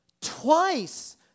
Twice